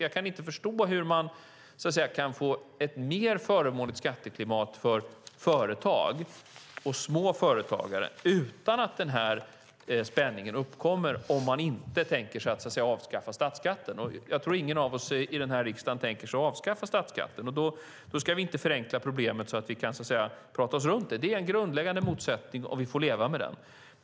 Jag kan inte förstå hur man ska få ett mer förmånligt skattesystem för företag och småföretagare utan att den här spänningen uppkommer om man inte tänker sig att avskaffa statsskatten. Jag tror att ingen av oss här i riksdagen tänker sig att man ska avskaffa statsskatten, och då ska vi inte förenkla problemet så att vi kan prata oss runt det. Det är en grundläggande motsättning, och vi får leva med den.